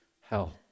hell